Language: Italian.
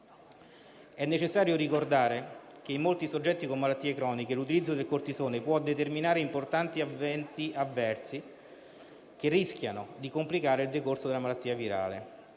È necessario ricordare che in molti soggetti con malattie croniche l'utilizzo del cortisone può determinare importanti eventi avversi che rischiano di complicare il decorso della malattia virale.